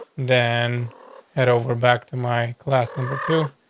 then head over back to my class number two,